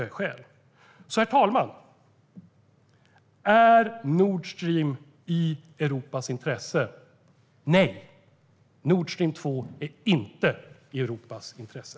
Herr talman! Är Nord Stream i Europas intresse? Nej, Nord Stream 2 är inte i Europas intresse.